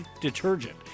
detergent